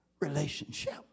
relationship